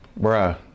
Bruh